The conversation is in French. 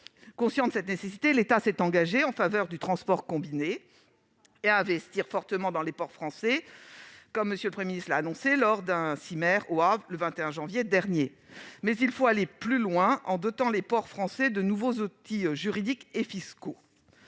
Conscient de cette nécessité, l'État s'est engagé en faveur du transport combiné, et à investir fortement dans les ports français, comme M. le Premier ministre l'a annoncé lors du CIMer, au Havre, le 21 janvier dernier. Il faut aller plus loin en dotant les ports français de nouveaux outils juridiques et fiscaux.